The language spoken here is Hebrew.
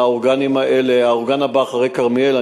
האורגן הבא אחרי כרמיאל,